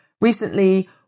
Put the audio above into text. recently